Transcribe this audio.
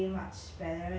ya I think it